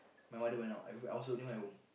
my mother went out I'm also not at home